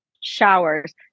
showers